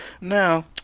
Now